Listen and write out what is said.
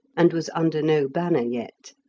and was under no banner yet.